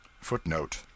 FOOTNOTE